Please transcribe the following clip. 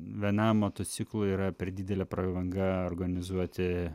vienam motociklui yra per didelė prabanga organizuoti